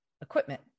equipment